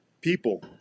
people